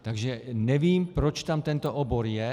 Takže nevím, proč tam tento obor je.